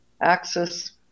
axis